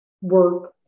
work